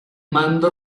mando